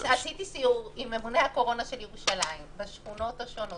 ערכתי סיור עם ממונה הקורונה של ירושלים בשכונות השונות,